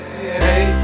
hey